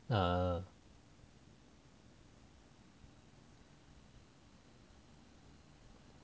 ah